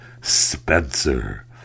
Spencer